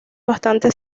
bastante